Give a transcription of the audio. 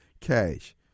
cash